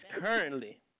currently